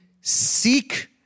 Seek